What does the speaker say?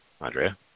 Andrea